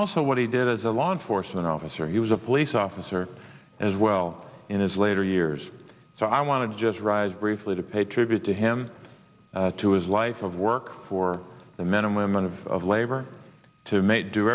also what he did as a law enforcement officer he was a police officer as well in his later years so i want to just rise briefly to pay tribute to him to his life of work for the men and women of of labor to make do